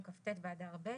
היום כ"ז באדר ב'